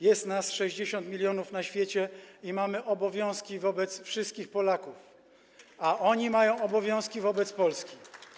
Jest nas 60 mln na świecie i mamy obowiązki wobec wszystkich Polaków, a oni mają obowiązki wobec Polski.